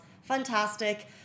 fantastic